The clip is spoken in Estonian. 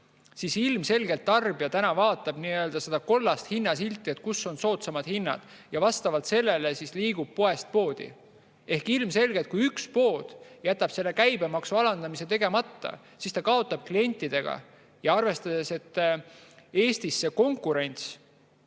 siis ilmselgelt tarbija vaatab seda kollast hinnasilti, kus on soodsamad hinnad, ja vastavalt sellele liigub poest poodi. Ehk ilmselge, et kui üks pood jätab selle käibemaksu alandamise tegemata, siis ta kaotab kliente. Ja arvestades, et Eestis on konkurents